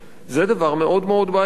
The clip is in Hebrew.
זה דבר מאוד מאוד בעייתי,